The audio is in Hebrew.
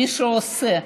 מי שעושה,